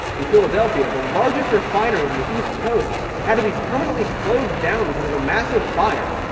in philadelphia, the largest refinery on the east coast had to be permanently closed down because of a massive fire.